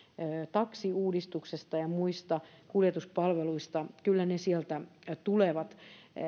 taksiuudistuksesta ja muista kuljetuspalveluista kyllä ne sieltä tulevat